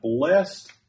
blessed